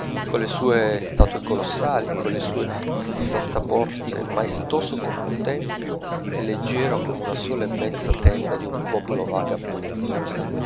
trasparenti colle sue statue colossali colle sue sessanta porte maestoso come un tempio e leggiero come una sola immensa tenda d'un popolo vagabondo